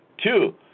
Two